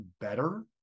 better